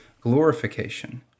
glorification